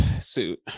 suit